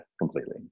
completely